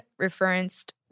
referenced